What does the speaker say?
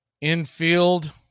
Infield